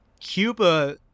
cuba